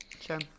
Sure